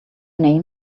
name